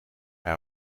hij